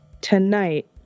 Tonight